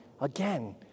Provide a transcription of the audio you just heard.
again